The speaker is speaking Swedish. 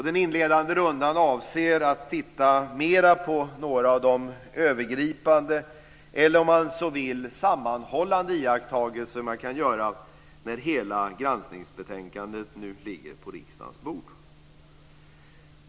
Den inledande rundan avser att titta mer på några av de övergripande eller om man så vill sammanhållande iakttagelser man kan göra när hela granskningsbetänkandet nu ligger på riksdagens bord.